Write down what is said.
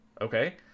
okay